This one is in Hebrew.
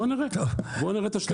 בוא נראה שתביא ים.